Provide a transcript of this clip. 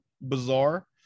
bizarre